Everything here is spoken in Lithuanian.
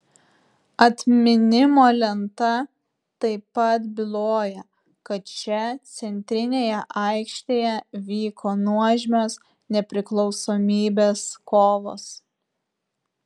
atminimo lenta taip pat byloja kad čia centrinėje aikštėje vyko nuožmios nepriklausomybės kovos